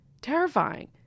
terrifying